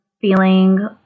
feeling